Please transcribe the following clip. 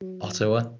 Ottawa